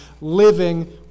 living